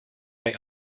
may